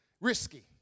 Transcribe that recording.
Risky